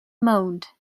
moaned